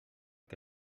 qui